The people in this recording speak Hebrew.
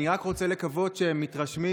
אני רק רוצה לקוות שהם מתרשמים